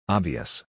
Obvious